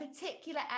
particular